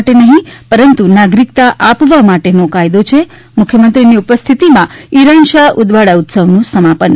માટે નહીં પરંતુ નાગરિકતા આપવા માટેનો કાયદો છે મુખ્યમંત્રીની ઉપસ્થિતિમાં ઇરાનશાહ ઉદવાડા ઉત્સવનું સમાપન